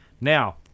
Now